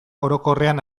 orokorrean